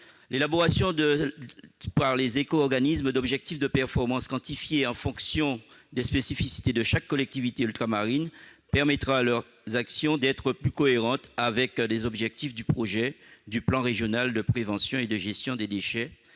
L'élaboration par les éco-organismes d'objectifs de performance quantifiés en fonction des spécificités de chaque collectivité ultramarine permettra de rendre leurs actions plus cohérentes avec les objectifs du projet de plan régional de prévention et de gestion des déchets,